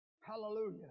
Hallelujah